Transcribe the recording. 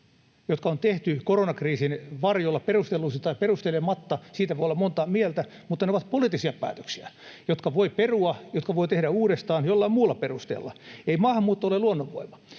jotka on tehty koronakriisin varjolla perustellusti tai perustelematta — siitä voi olla montaa mieltä — mutta ne ovat poliittisia päätöksiä, jotka voi perua, jotka voi tehdä uudestaan jollain muulla perusteella. Ei maahanmuutto ole luonnonvoima.